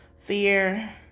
Fear